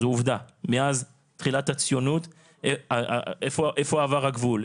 זאת עובדה, מאז תחילת הציונות, איפה עבר הגבול?